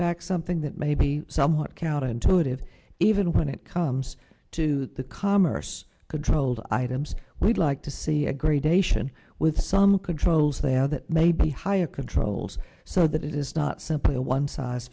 fact something that may be somewhat counterintuitive even when it comes to the commerce controlled items we'd like to see a gradation with some controls there that may be higher controls so that it is not simply a one size